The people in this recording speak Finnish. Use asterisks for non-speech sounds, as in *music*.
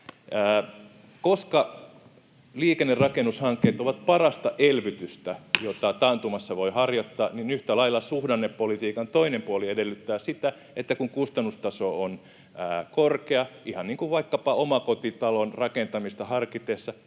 että liikennerakennushankkeet ovat parasta elvytystä, *noise* jota taantumassa voi harjoittaa, mutta yhtä lailla suhdannepolitiikan toinen puoli edellyttää sitä, että kun kustannustaso on korkea, ihan niin kuin vaikkapa omakotitalon rakentamista harkitessa,